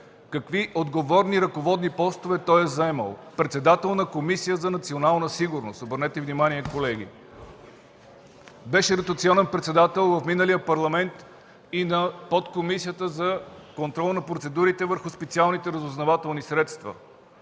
какви отговорни ръководни постове е заемал – председател на Комисията за национална сигурност, обърнете внимание, колеги. Беше ротационен председател в миналия Парламент и на подкомисията за контрол на процедурите върху специалните разузнавателни средства.